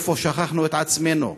איפה שכחנו את עצמנו?